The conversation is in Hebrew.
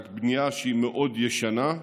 רק בבנייה שהיא מאוד ישנה,